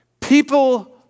people